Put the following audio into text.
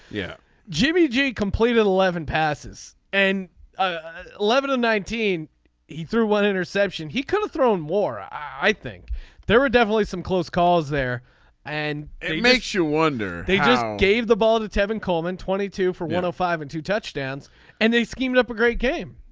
yeah jimmy g completed eleven passes and ah eleven of nineteen he threw one interception. he could have thrown more i think there were definitely some close calls there and it makes you wonder they just gave the ball to tevin coleman twenty two for one of five and two touchdowns and they schemed up a great game.